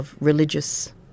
religious